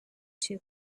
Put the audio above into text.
too